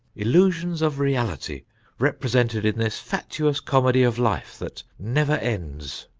illusions of reality represented in this fatuous comedy of life that never ends,